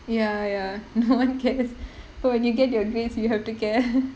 ya ya no one cares but when you get your grades you have to care